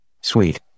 Sweet